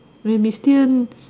we may still